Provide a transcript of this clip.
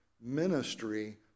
ministry